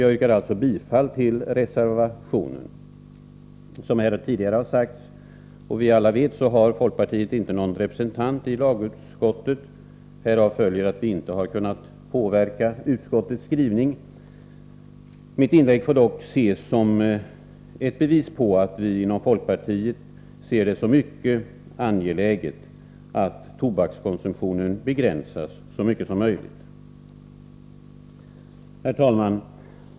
Jag yrkar bifall till reservatobak och öl Som tidigare har sagts och som alla vet har folkpartiet inte någon representant i lagutskottet. Härav följer att vi inte har kunnat påverka utskottets skrivning. Mitt inlägg får dock ses som ett bevis för att vi inom folkpartiet ser det som mycket angeläget att tobakskonsumtionen begränsas så mycket som möjligt. Herr talman!